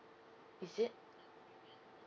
is it